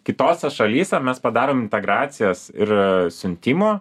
kitose šalyse mes padarom integracijas ir siuntimo